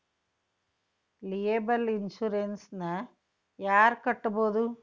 Liable insurance ನ ಯಾರ್ ಕಟ್ಬೊದು?